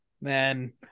man